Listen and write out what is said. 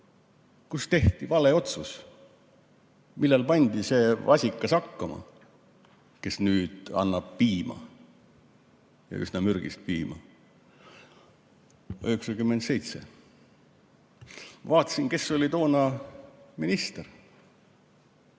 Kus tehti vale otsus? Millal pandi see vasikas hakkama, kes nüüd annab piima, ja üsna mürgist piima? 1997. Vaatasin, kes oli toona minister.